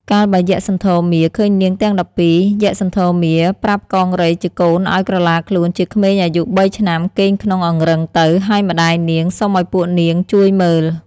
កាលបើយក្ខសន្ធរមារឃើញនាងទាំង១២ យក្ខសន្ធមារប្រាប់កង្រីជាកូនឲ្យក្រឡាខ្លួនជាក្មេងអាយុ៣ឆ្នាំគេងក្នុងអង្រឹងទៅ ហើយម្តាយនាងសុំឲ្យពួកនាងជួយមើល។